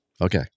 Okay